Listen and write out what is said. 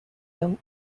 them